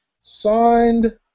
signed